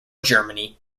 germany